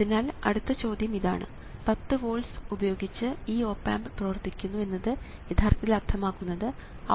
അതിനാൽ അടുത്ത ചോദ്യം ഇതാണ് 10 വോൾട്സ് ഉപയോഗിച്ച് ഈ ഓപ് ആമ്പ് പ്രവർത്തിക്കുന്നു എന്നത് യഥാർത്ഥത്തിൽ അർത്ഥമാക്കുന്നത്